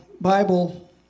Bible